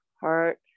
Heart